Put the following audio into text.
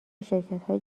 شرکتهای